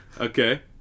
okay